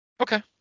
okay